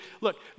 Look